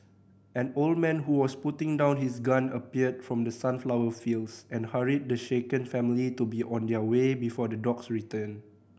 an old man who was putting down his gun appeared from the sunflower fields and hurried the shaken family to be on their way before the dogs return